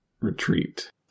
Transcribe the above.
retreat